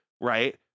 Right